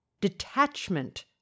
detachment